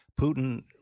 Putin